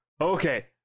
Okay